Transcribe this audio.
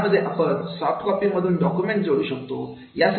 यामध्ये आपण सोफ्टकॉपी मधील डॉक्युमेंट्स जोडू शकतो